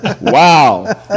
wow